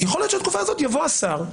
יכול להיות שהתקופה הזאת יבוא השר,